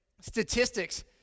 statistics